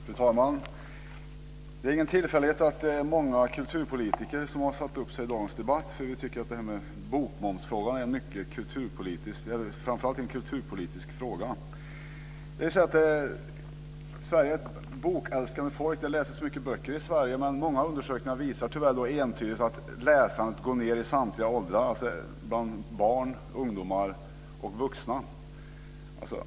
Fru talman! Det är ingen tillfällighet att många kulturpolitiker har anmält sig till dagens debatt. Bokmomsen är framför allt en kulturpolitisk fråga. Sverige är ett bokälskande folk. Det läses mycket böcker i Sverige, men många undersökningar visar tyvärr entydigt att läsandet minskar i samtliga åldrar - bland barn, bland ungdomar och bland vuxna.